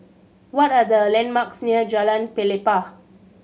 what are the landmarks near Jalan Pelepah